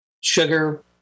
sugar